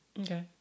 Okay